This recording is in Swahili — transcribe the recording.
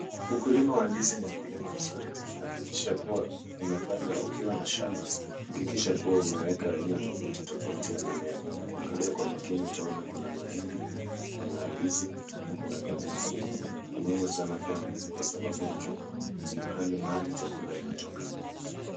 Ukulima wa ndizi ni ukulima mzuri, hakikisha kuwa umepanda ukiwa na shamba. Hakikisha kuwa umeweka aina tofauti tofauti ya mimea. Ukiangalia kwa makini utaona kuna mahindi, kuna ndizi na kuna mimea zingine. Ni muhimu sana kuwa na hizi kwa sababu ndio hali mahali chakula inatoka.